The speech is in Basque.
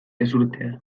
ezurtea